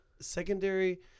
secondary